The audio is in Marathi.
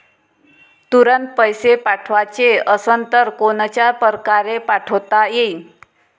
तुरंत पैसे पाठवाचे असन तर कोनच्या परकारे पाठोता येईन?